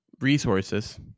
resources